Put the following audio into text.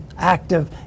active